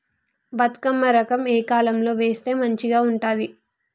బతుకమ్మ రకం ఏ కాలం లో వేస్తే మంచిగా ఉంటది?